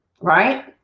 Right